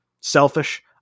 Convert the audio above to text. selfish